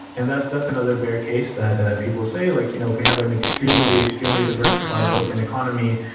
and that's that's another bear case that ah people say like, you know if we have an extremely, extremely diversified token economy,